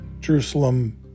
Jerusalem